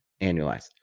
annualized